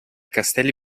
castelli